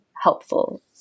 helpful